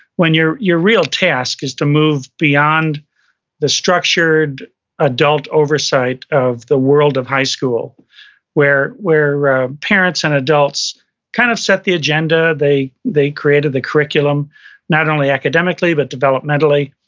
when your your real task is to move beyond the structured adult oversight of the world of high school where where ah parents and adults kind of set the agenda, they they created the curriculum not only academically, but developmentally,